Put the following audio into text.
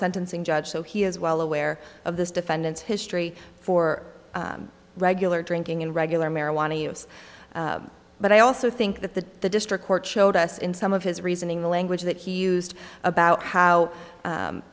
sentencing judge so he is well aware of this defendant's history for regular drinking and regular marijuana use but i also think that the the district court showed us in some of his reasoning the language that he used about how